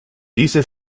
diese